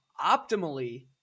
Optimally